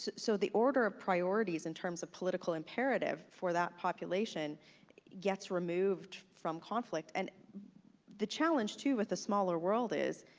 so the order of priorities in terms of political imperative for that population gets removed from conflict, and the challenge too with a smaller world is